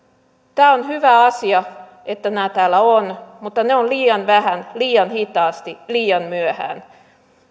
on hyvä asia että nämä täällä ovat mutta ne ovat liian vähän liian hitaasti liian myöhään